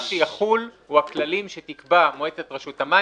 מה שיחול זה הכללים שתקבע מועצת רשות המים.